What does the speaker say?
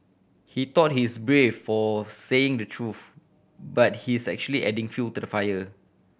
he thought he's brave for saying the truth but he's actually adding fuel to the fire